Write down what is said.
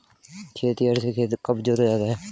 खेतिहर से खेत कब जोता जाता है?